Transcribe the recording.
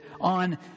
on